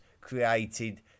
created